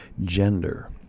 gender